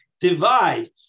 divide